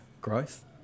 growth